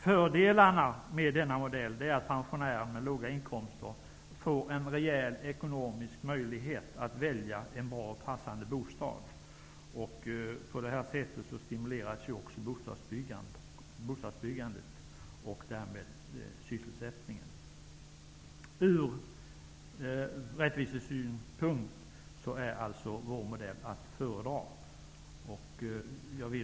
Fördelarna med denna modell är att pensionärer med låga inkomster får en rejäl ekonomisk möjlighet att välja en bra och passande bostad. På det sättet stimuleras också bostadsbyggandet och därmed sysselsättningen. Ur rättvisesynpunkt är alltså vår modell att föredra.